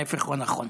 ההפך הוא הנכון.